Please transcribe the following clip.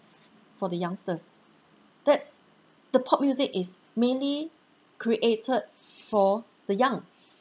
for the youngsters that's the pop music is mainly created for the young